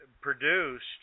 produced